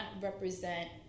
represent